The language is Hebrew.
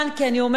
כי אני אומרת,